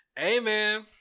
Amen